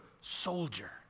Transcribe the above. soldier